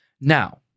Now